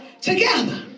together